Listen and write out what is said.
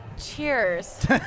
Cheers